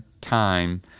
time